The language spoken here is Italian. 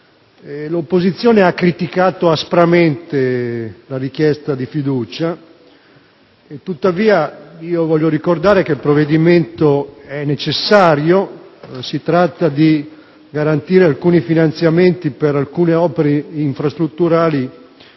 L'opposizione ha criticato aspramente la richiesta di fiducia. Tuttavia voglio ricordare che il provvedimento è necessario. Si tratta di garantire finanziamenti per alcune opere infrastrutturali,